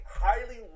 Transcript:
highly